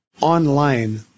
online